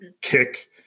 kick